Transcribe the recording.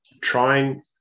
trying